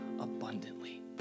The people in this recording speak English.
abundantly